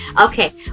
Okay